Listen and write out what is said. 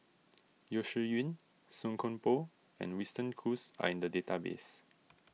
Yeo Shih Yun Song Koon Poh and Winston Choos are in the database